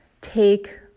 take